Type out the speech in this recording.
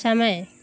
समय